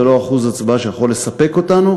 זה לא שיעור הצבעה שיכול לספק אותנו,